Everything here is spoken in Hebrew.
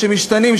משתנים,